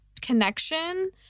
connection